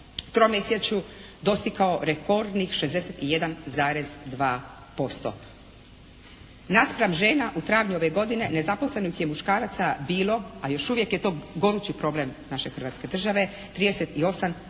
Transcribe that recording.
tromjesečju dostigao rekordnih 61,2%. Naspram žena u travnju ove godine nezaposlenih je muškaraca bilo a još uvijek je to gorući problem naše Hrvatske države 38,8%.